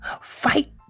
Fight